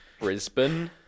Brisbane